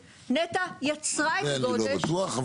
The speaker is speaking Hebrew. נת"ע יצרה את הגודש וסדרה --- זה אני לא בטוח,